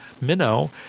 Minnow